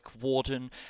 warden